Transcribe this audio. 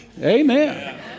Amen